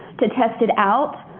to test it out,